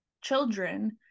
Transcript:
children